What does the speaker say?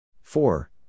Four